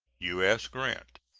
u s. grant.